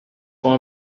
for